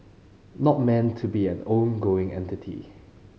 not meant to be an ongoing entity